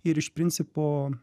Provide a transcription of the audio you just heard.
ir iš principo